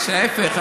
ההפך,